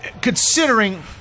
considering